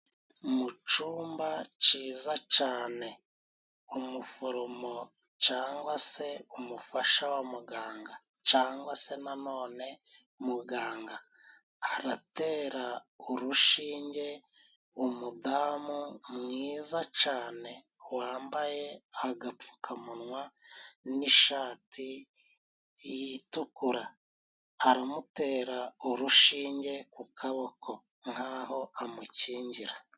Mu cumba ciza cane umuforomo cangwa se umufasha wa muganga, cangwa se na none muganga, aratera urushinge umudamu mwiza cane wambaye agapfukamunwa n'ishati itukura. Aramutera urushinge ku kaboko nk'aho amukingira.